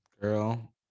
girl